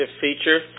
feature